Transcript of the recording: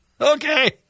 Okay